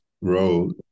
road